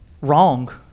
wrong